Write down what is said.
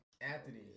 Anthony